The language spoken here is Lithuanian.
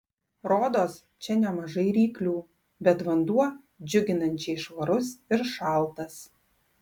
rodos čia nemažai ryklių bet vanduo džiuginančiai švarus ir šaltas